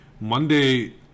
Monday